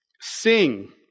Sing